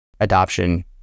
adoption